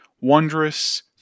Wondrous